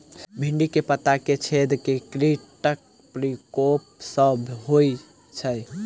भिन्डी केँ पत्ता मे छेद केँ कीटक प्रकोप सऽ होइ छै?